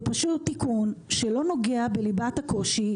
זה פשוט תיקון שלא נוגע בליבת הקושי,